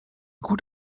gut